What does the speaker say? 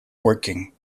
working